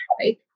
right